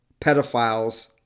pedophiles